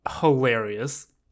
hilarious